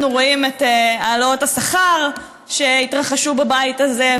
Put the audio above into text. רואים את העלאות השכר שהתרחשו בבית הזה,